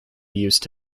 used